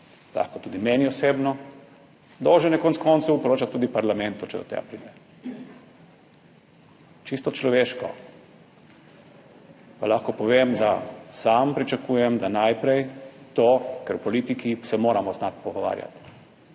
lahko tudi meni osebno, dolžen je konec koncev poročati tudi parlamentu, če do tega pride. Čisto človeško pa lahko povem, da sam pričakujem, da najprej to, ker v politiki se moramo znati pogovarjati,